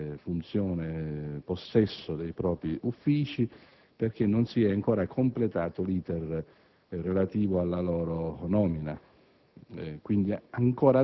effettivamente le funzioni e preso possesso dei propri uffici perché non è stato ancora completato l'*iter* relativo alla loro nomina.